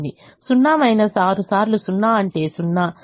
0 6 సార్లు 0 అంటే 0